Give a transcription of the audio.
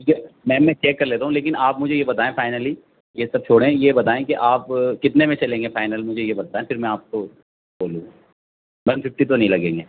کہ میم یہ چیک کر لیتا ہوں لیکن آپ مجھے یہ بتائیں فائنلی یہ سب چھوڑیں یہ بتائیں کہ آپ کتنے میں چلیں گے فائنل مجھے یہ بتلائیں پھر میں آپ کو بولوں ون ففٹی تو نہیں لگیں گے